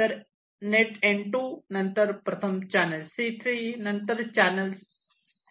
net N2 प्रथम channel C3 नंतर channel